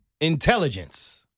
intelligence